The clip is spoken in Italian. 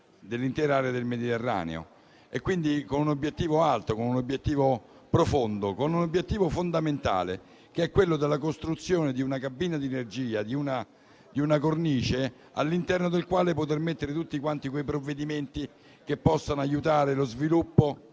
dell'intera area del Mediterraneo. Lo facciamo con un obiettivo alto, un obiettivo profondo e fondamentale, che è la costruzione di una cabina di regia, una cornice all'interno della quale poter mettere tutti quei provvedimenti che possano aiutare lo sviluppo